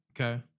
okay